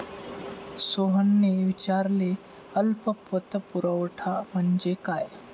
सोहनने विचारले अल्प पतपुरवठा म्हणजे काय?